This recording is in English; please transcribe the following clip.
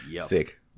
sick